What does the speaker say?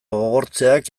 gogortzeak